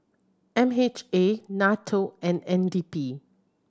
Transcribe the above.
M H A NATO and N D P